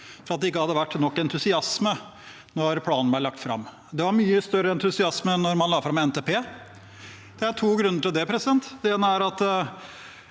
fordi det ikke hadde vært nok entusiasme da planen ble lagt fram, det var mye større entusiasme da man la fram NTP. Det er to grunner til det. Det ene